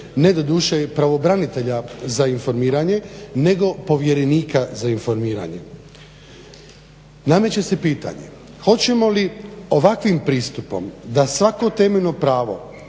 ne doduše pravobranitelja za informiranje nego povjerenika za informiranje. Nameće se pitanje hoćemo li ovakvim pristupom da svako temeljno pravo